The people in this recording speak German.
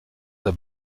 der